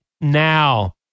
now